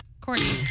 Courtney